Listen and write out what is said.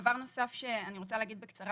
דבר נוסף שאני רוצה להגיד בקצרה,